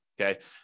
Okay